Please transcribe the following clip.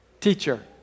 Teacher